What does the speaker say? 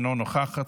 אינה נוכחת,